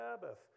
Sabbath